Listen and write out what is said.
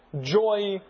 joy